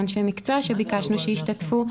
אנשי מקצוע שביקשנו שישתתפו,